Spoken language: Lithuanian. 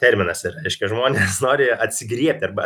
terminas reiškia žmonės nori atsigriebti arba